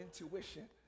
intuition